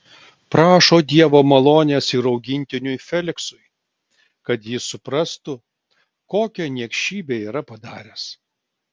prašo dievo malonės ir augintiniui feliksui kad jis suprastų kokią niekšybę yra padaręs